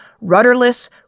rudderless